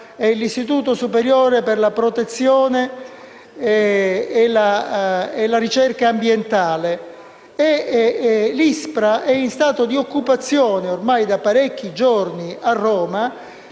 (Istituto superiore per la protezione e la ricerca ambientale), che versa in stato di occupazione ormai da parecchi giorni a Roma,